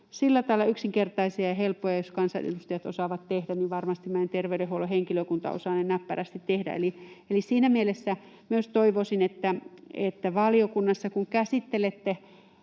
sillä tavalla yksinkertaisia ja helppoja, että jos kansanedustajat osaavat tehdä, niin varmasti meidän terveydenhuollon henkilökunta osaa ne näppärästi tehdä. Siinä mielessä myös toivoisin, että valiokunnassa kun käsittelette